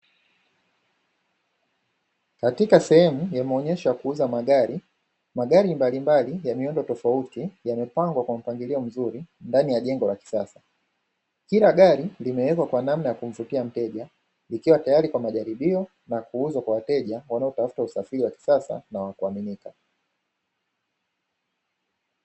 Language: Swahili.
Katika sehemu ya maonyesho ya kuuza magari, magari mbalimbali ya miundo tofauti yamepangwa kwa mpangilio mzuri ndani ya jengo la kisasa. Kila gari kimewekwa kwa namna ya kumvutia mteja, likiwa tayari kwa majaribio na kuuzwa kwa wateja wanaotafuta usafiri wakisasa na wa kuaminika.